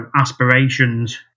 aspirations